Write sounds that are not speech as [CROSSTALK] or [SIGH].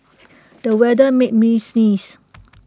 [NOISE] the weather made me sneeze